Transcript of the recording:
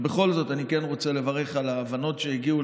ובכל זאת אני רוצה לברך על ההבנות שהגיעו,